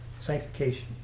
sanctification